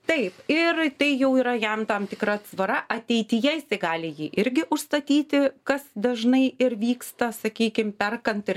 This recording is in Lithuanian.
taip ir tai jau yra jam tam tikra atsvara ateityje jisai gali jį irgi užstatyti kas dažnai ir vyksta sakykim perkant ir